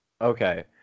Okay